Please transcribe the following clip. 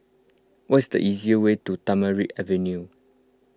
what is the easiest way to Tamarind Avenue